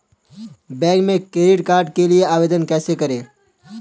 Bank में credit card के लिए आवेदन कैसे करें?